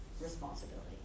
responsibility